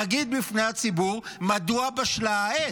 תגיד בפני הציבור מדוע בשלה העת,